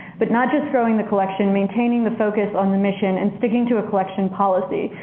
but not just growing the collection, maintaining the focus on the mission and sticking to a collection policy,